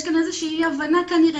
יש כאן איזו שהיא אי הבנה כנראה.